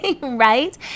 right